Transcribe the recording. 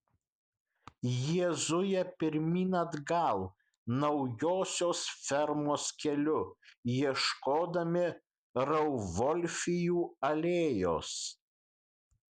jie zuja pirmyn atgal naujosios fermos keliu ieškodami rauvolfijų alėjos